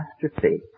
catastrophe